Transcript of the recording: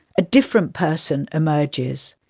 a different person emerges.